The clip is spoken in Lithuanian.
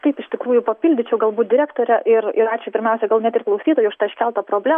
taip iš tikrųjų papildyčiau galbūt direktorę ir ir ačiū pirmiausia gal net ir klausytojai už tą iškeltą problemą